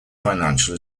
financial